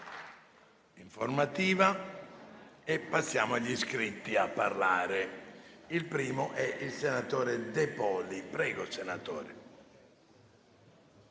Grazie